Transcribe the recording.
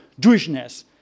Jewishness